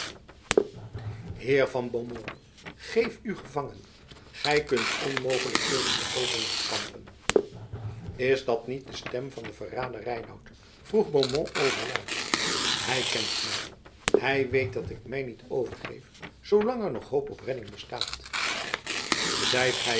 heer van beaumont geef u gevangen gij kunt onmogelijk tegen de overmacht kampen is dat niet de stem van den verrader reinout vroeg beaumont overluid hij kent mij hij weet dat ik mij niet overgeef zoolang er nog hoop op redding bestaat zijt